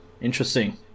Interesting